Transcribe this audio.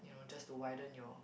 just to widen your